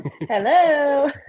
Hello